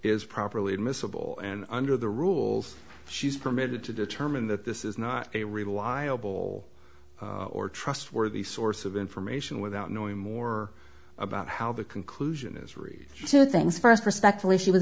is properly admissible and under the rules she's permitted to determine that this is not a reliable or trustworthy source of information without knowing more about how the conclusion is